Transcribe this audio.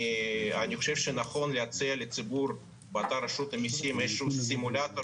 אני חושב שנכון להציע לציבור באתר רשות המיסים איזשהו סימולטור